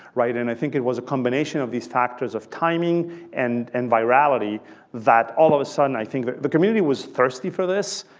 and i think it was a combination of these factors of timing and and virality that all of a sudden, i think, the community was thirsty for this.